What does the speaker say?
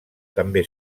també